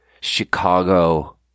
Chicago